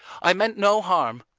i meant no harm.